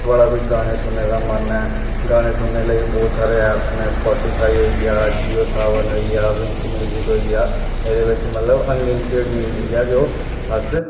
थोह्ड़ा कोई गाने सुनने दा मन ऐ गाने सुनने लेई बहोत सारे ऐपस ने फोर्टी फाइव होइया जियो सावन होइया बिकी म्यूजिक होइया एह्दे च मतलब अन लिमटड म्यूजिक ऐ ते ओह् अस